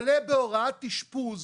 חולה בהוראת אשפוז,